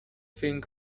thing